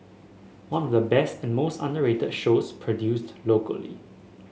one of the best and most underrated shows produced locally